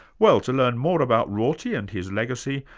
well, to learn more about rorty and his legacy,